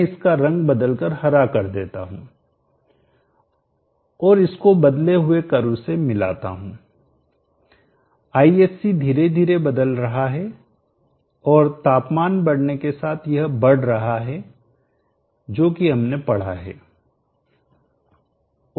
मैं इसका रंग बदल कर हरा कर देता हूं और इसको बदले हुए कर्व से मिलाता हूं Isc धीरे धीरे बदल रहा है और तापमान बढ़ने के साथ यह बढ़ रहा है जो कि हमने पढ़ा है